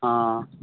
हँ